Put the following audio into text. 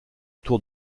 tour